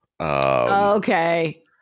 Okay